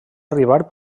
arribar